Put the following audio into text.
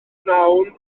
pnawn